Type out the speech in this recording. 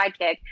Sidekick